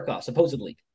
supposedly